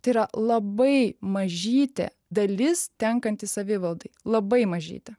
tai yra labai mažytė dalis tenkanti savivaldai labai mažytė